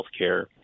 healthcare